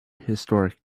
historic